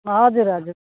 हजुर हजुर